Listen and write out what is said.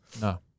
No